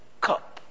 cup